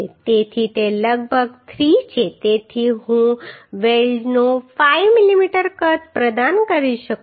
તેથી તે લગભગ 3 છે તેથી હું વેલ્ડનું 5 મીમી કદ પ્રદાન કરી શકું છું